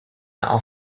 are